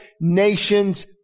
nations